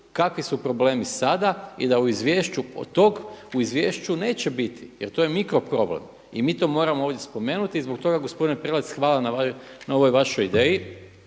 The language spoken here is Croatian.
kakvi su problemi sada i da u izvješću tog neće biti jer to je mikro problem i mi to moramo ovdje spomenuti. I zbog toga gospodine Prelac hvala na ovoj vašoj ideji,